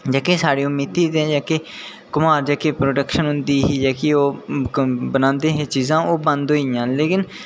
जेह्के साढ़े ओह् मित्ती दे जेह्के कुम्हार जेह्की प्रोडक्शन होंदी ही जेह्की बनांदे हे चीज़ां ओह् बंद होई गेइयां लेकिन